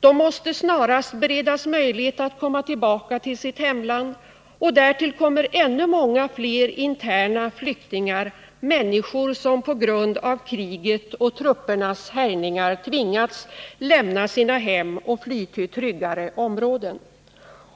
De måste snarast beredas möjlighet att komma tillbaka till sitt hemland. Därtill kommer ännu många fler interna flyktingar — människor som på grund av kriget och truppernas härjningar tvingats lämna sina hem och fly till tryggare områden.